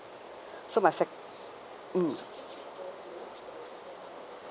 so my sec~ mm